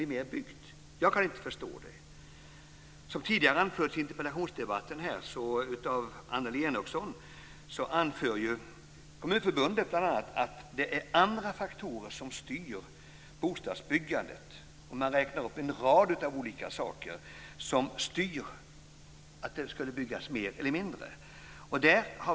Som anförts av Annelie Enochson i interpellationsdebatten tidigare säger ju Kommunförbundet bl.a. att det är andra faktorer som styr bostadsbyggandet. Man räknar upp en rad olika saker som styr om det byggs mer eller mindre.